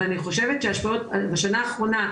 אבל אני חושבת שבשנה האחרונה,